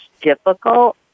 difficult